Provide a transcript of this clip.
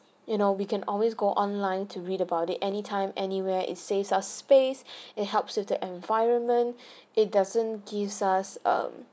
you know we can always go online to read about it anytime anywhere it saves us space it helps with the environment it doesn't gives us um